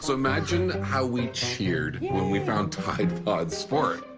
so imagine how we cheered when we found tide pods sport.